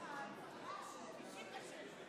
מייד לאחר סיכום הקולות.